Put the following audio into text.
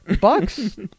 Bucks